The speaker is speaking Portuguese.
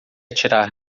atirar